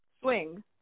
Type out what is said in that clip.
Swing